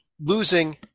losing